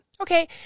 okay